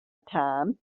time